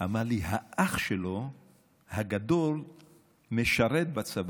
אמר לי: האח הגדול שלו משרת בצבא,